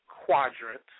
Quadrant